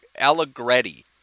Allegretti